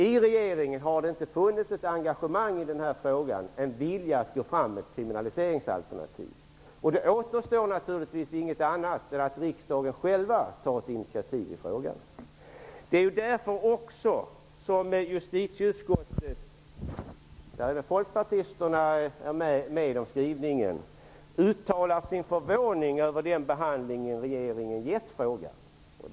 Det har inte funnits ett engagemang eller en vilja i regeringen att gå fram med ett kriminaliseringsalternativ. Det återstår naturligtvis inget annat än att riksdagen själv tar ett initiativ i frågan. Det är ju också därför som justitieutskottet -- där folkpartisterna är med om skrivningen -- uttalar sin förvåning över den behandling som regeringen har gett frågan.